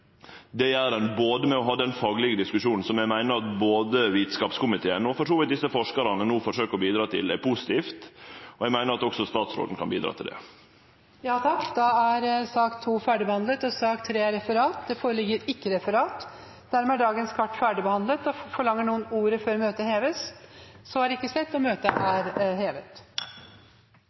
Det gjer ein med å ha faglege diskusjonar, og eg meiner at det som Vitskapskomiteen og for så vidt også desse forskarane forsøkjer å bidra til, er positivt, og eg meiner at også statsråden kan bidra til det. Den ordinære spørretimen er dermed omme. Det foreligger ikke referat. Dermed er dagens kart ferdig behandlet. Forlanger noen ordet før møtet heves? – Møtet er